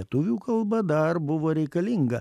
lietuvių kalba dar buvo reikalinga